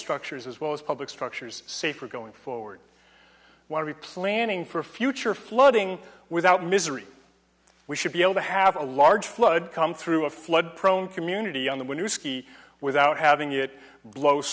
structures as well as public structures safer going forward what are we planning for a future flooding without misery we should be able to have a large flood come through a flood prone community on them when you ski without having it blow